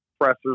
pressers